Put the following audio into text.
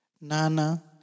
Nana